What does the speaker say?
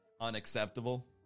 unacceptable